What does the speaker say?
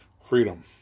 freedom